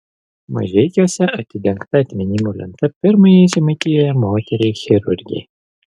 mažeikiuose atidengta atminimo lenta pirmajai žemaitijoje moteriai chirurgei